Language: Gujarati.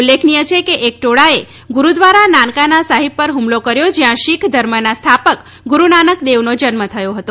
ઉલ્લેખની છે કે એક ટોળાએ ગુરુદ્વારા નાનકના સાહિબ પર હુમલો કર્યો જ્યાં શીખ ધર્મના સ્થાપક ગુરુ નાનક દેવનો જન્મ થયો હતો